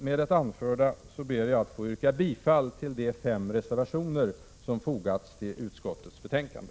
Med det anförda ber jag att få yrka bifall till de fem reservationer som fogats till utskottets betänkande.